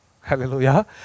Hallelujah